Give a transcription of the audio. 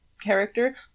character